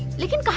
you get